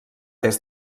des